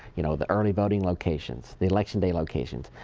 you know the early voting locations, the election day locations,